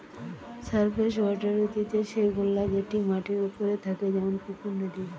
surface water হতিছে সে গুলা যেটি মাটির ওপরে থাকে যেমন পুকুর, নদী